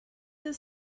the